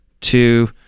two